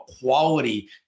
quality